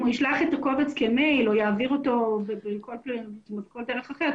אם הוא ישלח את הקובץ כמייל או יעביר אותו בכל דרך אחרת,